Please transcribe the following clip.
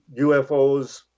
UFOs